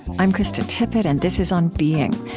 i'm krista tippett, and this is on being.